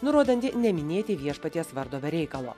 nurodantį neminėti viešpaties vardo be reikalo